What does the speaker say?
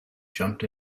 jumped